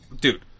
dude